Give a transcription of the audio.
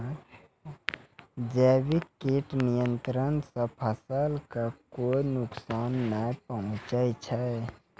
जैविक कीट नियंत्रण सॅ फसल कॅ कोय नुकसान नाय पहुँचै छै